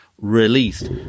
released